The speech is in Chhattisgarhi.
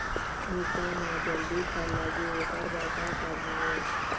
मिरचा म जल्दी फल लगे ओकर बर का करना ये?